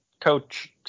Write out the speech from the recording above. coach